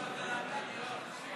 אולי שקט?